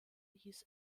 hieß